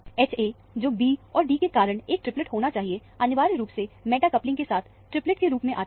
Ha जो b और d के कारण एक ट्रिपलेट होना चाहिए अनिवार्य रूप से मेटा कपलिंग के साथ ट्रिपलेट के रूप में आता है